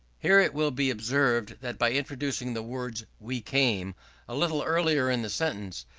here it will be observed that by introducing the words we came a little earlier in the sentence,